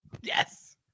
Yes